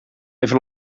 even